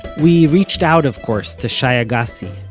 we reached out, of course, to shai agassi,